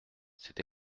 c’est